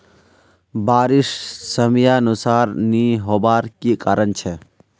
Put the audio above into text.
बारिश समयानुसार नी होबार की कारण छे?